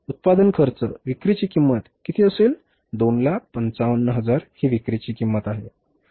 उत्पादन खर्च विक्रीची किंमत किती असेल 255000 विक्रीची किंमत आहे बरोबर